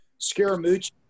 Scaramucci